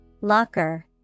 Locker